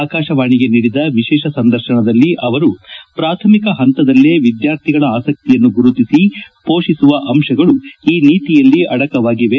ಆಕಾಶವಾಣಿಗೆ ನೀಡಿದ ವಿಶೇಷ ಸಂದರ್ಶನದಲ್ಲಿ ಅವರು ಪ್ರಾಥಮಿಕ ಶಿಕ್ಷಣ ಹಂತದಲ್ಲೇ ವಿದ್ಯಾರ್ಥಿಗಳ ಆಸಕ್ತಿಯನ್ನು ಗುರುತಿಸಿ ಮೋಷಿಸುವ ಅಂಶಗಳು ಈ ನೀತಿಯಲ್ಲಿ ಅಡಕವಾಗಿವೆ